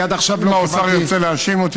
אם האוצר ירצה להאשים אותי,